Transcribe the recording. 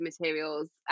materials